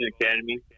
Academy